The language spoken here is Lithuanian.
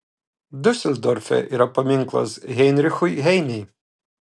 diuseldorfe yra paminklas heinrichui heinei